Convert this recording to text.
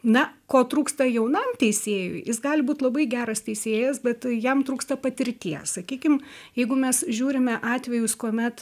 na ko trūksta jaunam teisėjui jis gali būt labai geras teisėjas bet jam trūksta patirties sakykim jeigu mes žiūrime atvejus kuomet